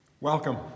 Welcome